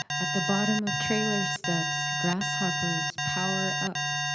at the bottom of trailer steps, grasshoppers power up,